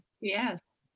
Yes